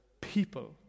people